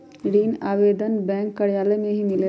ऋण आवेदन बैंक कार्यालय मे ही मिलेला?